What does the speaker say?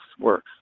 works